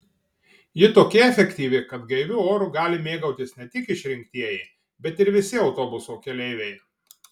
ji tokia efektyvi kad gaiviu oru gali mėgautis ne tik išrinktieji bet ir visi autobuso keleiviai